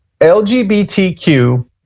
LGBTQ